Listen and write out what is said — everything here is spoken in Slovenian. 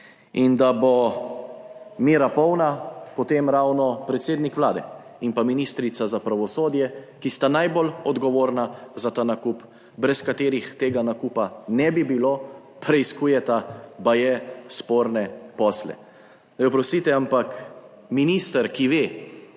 In da bo mera polna, potem ravno predsednik Vlade in pa ministrica za pravosodje, ki sta najbolj odgovorna za ta nakup, brez katerih tega nakupa ne bi bilo, preiskujeta, baje, sporne posle. Oprostite, ampak minister, ki ve,